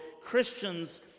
Christians